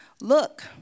look